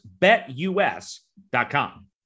BetUS.com